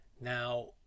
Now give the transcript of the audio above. now